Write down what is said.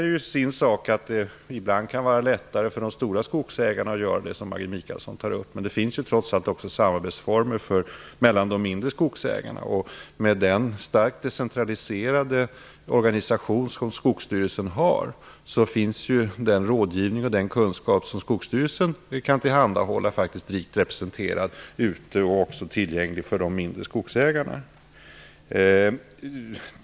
En annan sak är att det ibland kan vara lättare för de stora skogsägarna att göra det som Maggi Mikaelsson tar upp. Men trots allt finns det samarbetsformer beträffande de mindre skogsägarna. Med den starkt decentraliserade organisation som Skogsstyrelsen har finns faktiskt den rådgivning och den kunskap som Skogsstyrelsen kan tillhandahålla rikt representerade ute och tillgängliga också för de mindre skogsägarna.